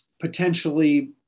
potentially